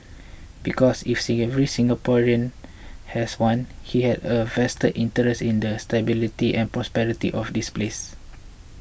because if every Singaporean has one he has a vested interest in the stability and prosperity of this place